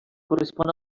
correspon